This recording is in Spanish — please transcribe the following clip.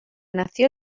nació